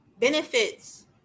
benefits